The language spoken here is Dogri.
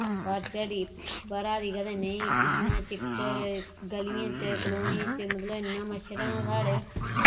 बारश घड़ी ब'रै दी कदें नेईं इन्ना चिक्कड़ गलियें च कलोनी च मतलब इन्ना मच्छर ऐ ना साढ़े